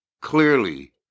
clearly